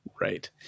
Right